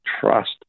trust